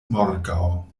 morgaŭ